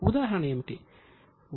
ఉదాహరణ ఏమిటి